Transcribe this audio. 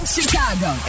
Chicago